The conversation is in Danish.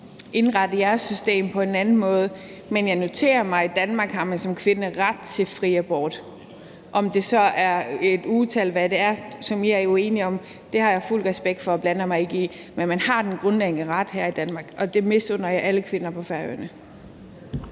indrette jeres system på en anden måde, men jeg noterer mig, at man i Danmark som kvinde har ret til fri abort. Om det så er et ugetal, eller hvad det er, som vi er uenige om, har jeg fuld respekt for det, og det blander jeg mig ikke i, men man har den grundlæggende ret her i Danmark, og det misunder jeg i forhold til alle kvinder på Færøerne.